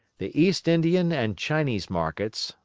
the east-indian and chinese markets,